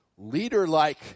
leader-like